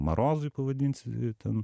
marozui pavadinsiu ir ten